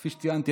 כפי שציינתי,